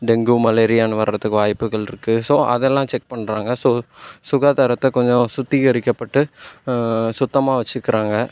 dengue மலேரியானு வரத்துக்கு வாய்ப்புகள் இருக்குது ஸோ அதெல்லாம் செக் பண்ணுறங்க ஸோ சுகாதாரத்தை கொஞ்சம் சுத்திகரிக்கப்பட்டு சுத்தமாக வச்சுக்கிறாங்க